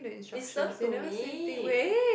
listen to me